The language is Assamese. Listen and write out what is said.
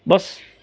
বচ